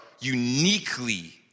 uniquely